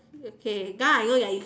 okay now I know your